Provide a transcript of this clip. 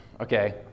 okay